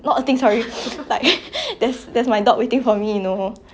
我我终于回家了那种感觉 lah ya ya ya